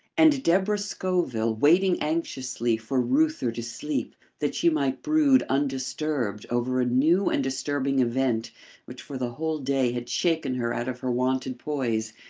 and deborah scoville waiting anxiously for reuther to sleep, that she might brood undisturbed over a new and disturbing event which for the whole day had shaken her out of her wonted poise,